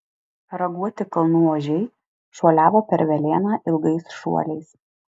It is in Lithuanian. raguoti kalnų ožiai šuoliavo per velėną ilgais šuoliais